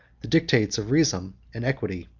the dictates of reason and equity.